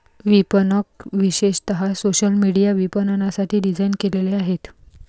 विपणक विशेषतः social media विपणनासाठी डिझाइन केलेले आहेत